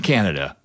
Canada